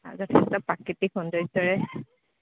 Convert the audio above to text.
প্ৰাকৃতিক সৌন্দৰ্যৰে